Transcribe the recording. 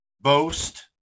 boast